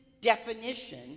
definition